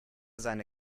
seine